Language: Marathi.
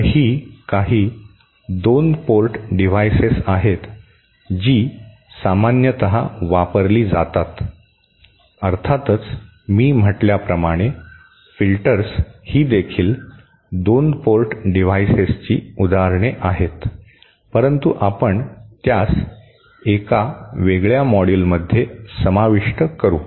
तर ही काही 2 पोर्ट डिव्हाइसेस आहेत जी सामान्यत वापरली जातात अर्थातच मी म्हटल्याप्रमाणे फिल्टर्स ही देखील 2 पोर्ट डिव्हाइसेसची उदाहरणे आहेत परंतु आपण त्यास एका वेगळ्या मॉड्यूलमध्ये समाविष्ट करू